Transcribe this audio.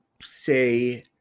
say